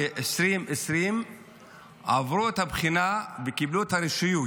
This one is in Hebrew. ב-2020 עברו את הבחינה וקיבלו את הרישוי